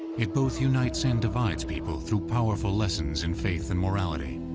it both unites and divides people through powerful lessons in faith and morality.